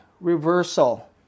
reversal